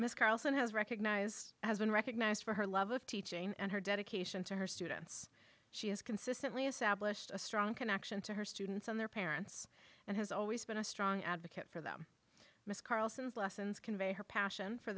miss carlson has recognized as one recognized for her love of teaching and her dedication to her students she is consistently a sad blessed a strong connection to her students and their parents and has always been a strong advocate for them miss carlson's lessons convey her passion for